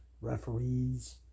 referees